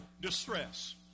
distress